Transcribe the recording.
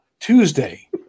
Tuesday